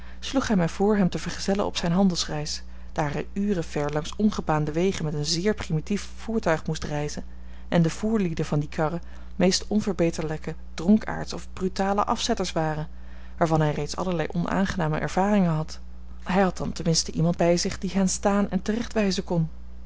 hij mij voor hem te vergezellen op zijne handelsreis daar hij uren ver langs ongebaande wegen met een zeer primitief voertuig moest reizen en de voerlieden van die karren meest onverbeterlijke dronkaards of brutale afzetters waren waarvan hij reeds allerlei onaangename ervaringen had hij had dan ten minste iemand bij zich die hen staan en terechtwijzen kon